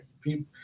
People